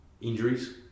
injuries